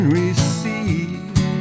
receive